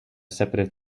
separate